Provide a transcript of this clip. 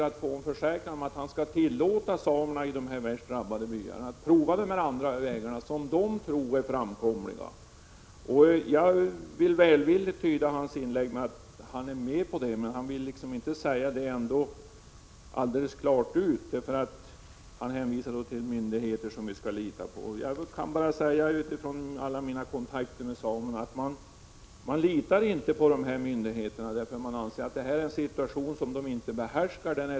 Jag vill ha en försäkran att han kommer att tillåta samerna i de värst drabbade byarna att pröva de andra vägar som de tror är framkomliga. Jag vill välvilligt tyda jordbruksministerns inlägg så att jordbruksministern går med på detta, men han vill ändå inte säga det klart ut, utan hänvisar till att vi skall lita på olika myndigheter. Jag vill mot bakgrunden av alla mina kontakter med samerna säga att dessa inte litar på myndigheterna, eftersom dessa inte behärskar situationen, som är så ny för dem.